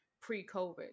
pre-COVID